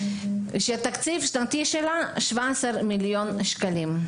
שהתקציב השנתי שלה 17 מיליון שקלים.